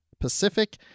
pacific